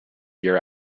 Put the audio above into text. year